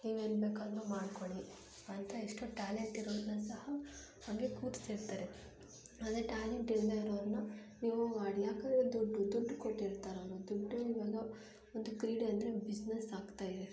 ನೀವೇನು ಬೇಕಾದ್ರೂ ಮಾಡ್ಕೊಳ್ಳಿ ಅಂತ ಎಷ್ಟೋ ಟ್ಯಾಲೆಂಟಿರೋರನ್ನ ಸಹ ಹಾಗೆ ಕೂರ್ಸಿರ್ತಾರೆ ಆದರೆ ಟ್ಯಾಲೆಂಟಿಲ್ಲದೇ ಇರೋರನ್ನ ನೀವು ಆಡಿ ಏಕೆಂದ್ರೆ ದುಡ್ಡು ದುಡ್ಡು ಕೊಟ್ಟಿರ್ತಾರಲ್ವ ದುಡ್ಡೇ ಇವಾಗ ಒಂದು ಕ್ರೀಡೆ ಅಂದರೆ ಬಿಸ್ನೆಸ್ ಆಗ್ತಾಯಿದೆ